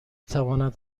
تواند